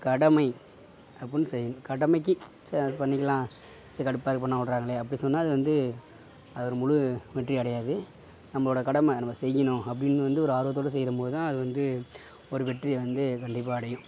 கடமை அப்டின்னு செய்யணும் கடமைக்கு சேரி அது பண்ணிக்கலாம் சே கடுப்பாக இருக்கு பண்ண விடுறாங்களே அப்படி சொன்னால் அது வந்து அதை ஒரு முழு வெற்றி அடையாது நம்மளோட கடமை நம்ம செய்யணும் அப்டின்னு வந்து ஒரு ஆர்வத்தோட செய்கிற போது தான் அது வந்து ஒரு வெற்றியை வந்து கண்டிப்பாக அடையும்